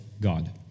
God